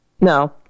No